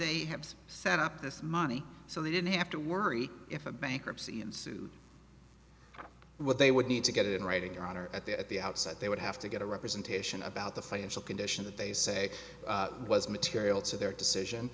they have set up this money so they didn't have to worry if a bankruptcy ensued what they would need to get in writing your honor at the at the outset they would have to get a representation about the financial condition that they say was material to their decision